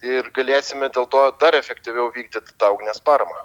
ir galėsime dėl to dar efektyviau vykdyt tą ugnies paramą